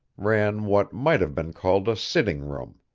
ran what might have been called a sitting room.